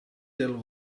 del